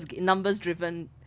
numbers-driven